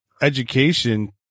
education